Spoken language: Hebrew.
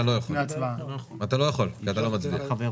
אתה לא יכול כי אתה לא חבר ועדה.